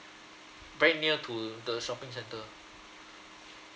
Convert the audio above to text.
very near to the shopping centre